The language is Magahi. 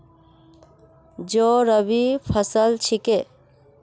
जौ रबी फसल छिके